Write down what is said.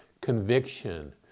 conviction